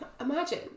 imagine